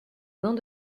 gants